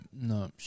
no